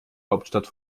hauptstadt